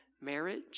marriage